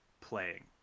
playing